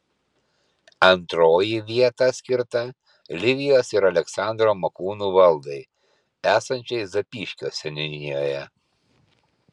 antroji vieta skirta livijos ir aleksandro makūnų valdai esančiai zapyškio seniūnijoje